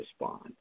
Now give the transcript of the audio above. respond